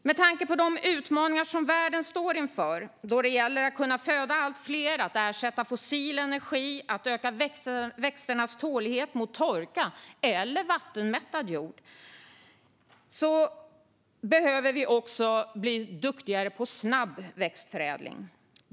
Med tanke på de utmaningar som världen står inför när det gäller att kunna föda allt fler, ersätta fossil energi och öka växters tålighet mot torka eller vattenmättad jord behöver vi bli duktigare på snabb växtförädling.